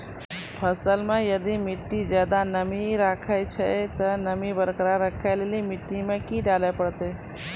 फसल मे यदि मिट्टी ज्यादा नमी सोखे छै ते नमी बरकरार रखे लेली मिट्टी मे की डाले परतै?